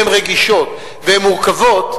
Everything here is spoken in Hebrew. והן רגישות והן מורכבות,